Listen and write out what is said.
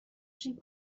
شیم